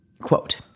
Quote